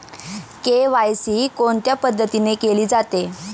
KYC कोणत्या पद्धतीने केले जाते?